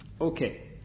Okay